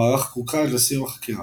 המערך קורקע עד לסיום החקירה.